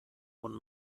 und